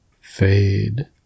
Fade